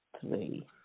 three